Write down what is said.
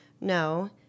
No